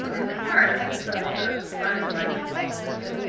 it's part of the sidelights of all this.